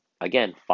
Again